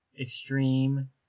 extreme